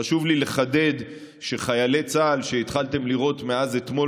חשוב לי לחדד שחיילי צה"ל שהתחלתם לראות מאז אתמול